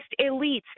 elites